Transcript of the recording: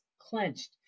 clenched